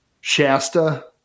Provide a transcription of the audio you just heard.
Shasta